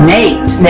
Nate